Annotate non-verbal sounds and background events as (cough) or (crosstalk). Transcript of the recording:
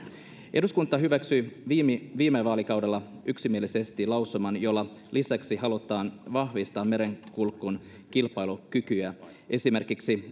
eduskunta hyväksyi viime viime vaalikaudella yksimielisesti lausuman jolla lisäksi halutaan vahvistaa merenkulun kilpailukykyä esimerkiksi (unintelligible)